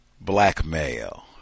blackmail